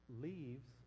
leaves